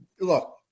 Look